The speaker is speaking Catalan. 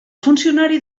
funcionari